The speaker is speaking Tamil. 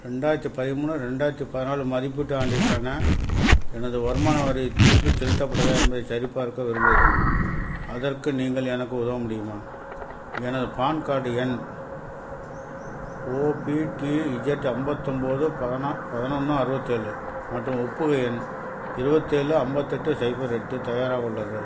ரெண்டாயிரத்தி பதிமூணு ரெண்டாயிரத்தி பதினாலு மதிப்பீட்டு ஆண்டிற்கான எனது வருமான வரி திருப்பிச் செலுத்தப்பட்டதா என்பதைச் சரிபார்க்க விரும்புகிறேன் அதற்கு நீங்கள் எனக்கு உதவ முடியுமா எனது பான் கார்டு எண் ஓபிடிஇஜெட் அம்பத்தொம்பது பதனா பதினொன்னு அறுவத்தேழு மற்றும் ஒப்புகை எண் இருபத்தேலு ஐம்பத்தெட்டு சைபர் எட்டு தயாராக உள்ளது